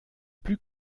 plus